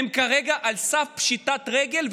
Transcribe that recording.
הם כרגע על סף פשיטת רגל.